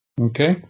Okay